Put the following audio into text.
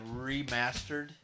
remastered